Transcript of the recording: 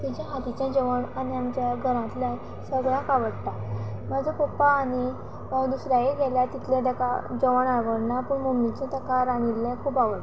तिच्या हातीचें जेवण आनी आमच्या घरांतल्यान सगळ्यांक आवडटा म्हाजो पप्पा आनी हांव दुसऱ्याय गेल्यार तितलें तेका जेवण आवडना पूण मम्मीचे ताका रांदिल्लें खूब आवडटा